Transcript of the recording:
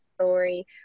story